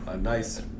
nice